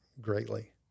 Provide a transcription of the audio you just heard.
greatly